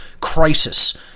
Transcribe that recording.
crisis